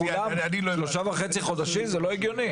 שלושה וחצי חודשים זה לא הגיוני.